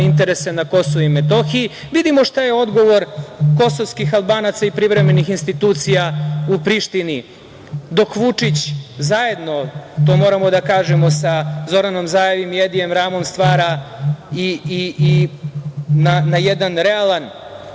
interese na Kosovu i Metohiji. Vidimo šta je odgovor kosovskih Albanaca i privremenih institucija u Prištini, dok Vučić zajedno, to moramo da kažemo sa Zoranom Zaevom i Edijem Ramom stvara i na jedan realan